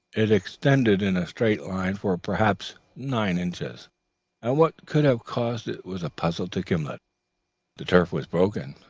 it extended in a straight line for perhaps nine inches, and what could have caused it was a puzzle to gimblet. the turf was unbroken,